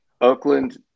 Oakland –